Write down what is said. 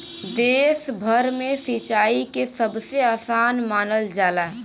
देश भर में सिंचाई के सबसे आसान मानल जाला